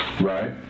Right